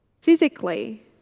Physically